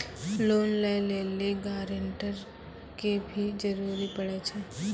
Loan लै लेली guarantor के भी जरूरी पड़ै छै?